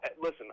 listen